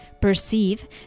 perceive